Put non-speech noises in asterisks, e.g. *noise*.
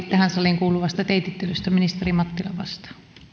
*unintelligible* tähän saliin kuuluvasta teitittelystä ministeri mattila vastaa